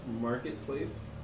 marketplace